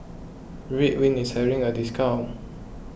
Ridwind is having a discount